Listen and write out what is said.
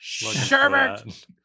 Sherbert